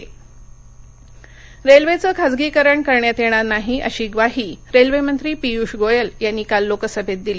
Lok Sabha railway रेल्वेचं खासगीकरण करण्यात येणार नाही अशी य्वाही रेल्वेमंत्री पीयूष गोयल यांनी काल लोकसभेत दिली